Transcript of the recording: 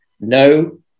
no